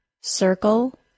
circle